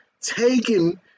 Taking